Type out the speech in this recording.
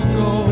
go